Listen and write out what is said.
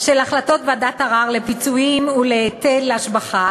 החלטות של ועדת ערר לפיצויים ולהיטל השבחה